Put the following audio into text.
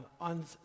on